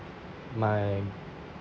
my